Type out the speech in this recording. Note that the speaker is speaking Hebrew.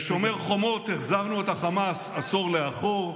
בשומר חומות החזרנו את החמאס עשור לאחור,